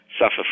suffer